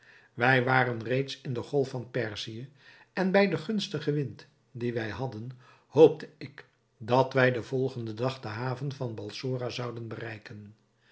wij waren reeds in de golf van perzië en bij den gunstigen wind dien wij hadden hoopte ik dat wij den volgenden dag de haven van balsora zouden bereiken